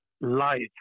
life